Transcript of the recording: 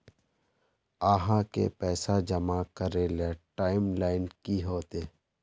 आहाँ के पैसा जमा करे ले टाइम लाइन की होते?